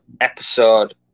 episode